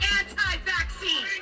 anti-vaccine